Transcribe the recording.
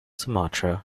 sumatra